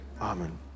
Amen